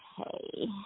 okay